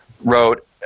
wrote